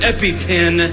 EpiPen